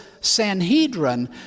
Sanhedrin